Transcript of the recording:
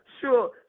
sure